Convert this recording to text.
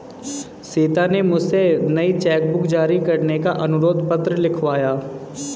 सीता ने मुझसे नई चेक बुक जारी करने का अनुरोध पत्र लिखवाया